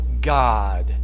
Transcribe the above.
God